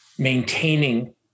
maintaining